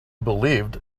believed